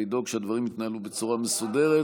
ולדאוג שהדברים יתנהלו בצורה מסודרת,